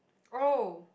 oh